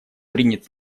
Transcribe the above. принят